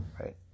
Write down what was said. right